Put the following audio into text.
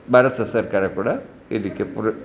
ಭಾರತ ಸರ್ಕಾರ ಕೂಡ ಇದಕ್ಕೆ ಪೂರ